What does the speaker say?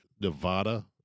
Nevada